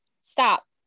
stop